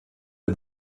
der